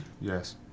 Yes